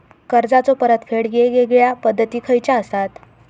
कर्जाचो परतफेड येगयेगल्या पद्धती खयच्या असात?